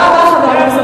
אנחנו עושים טוב,